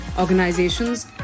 Organizations